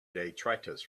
detritus